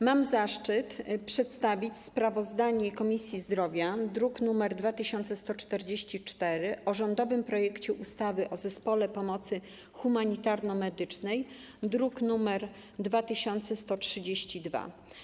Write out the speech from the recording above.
Mam zaszczyt przedstawić sprawozdanie Komisji Zdrowia, druk nr 2144, o rządowym projekcie ustawy o Zespole Pomocy Humanitarno-Medycznej, druk nr 2132.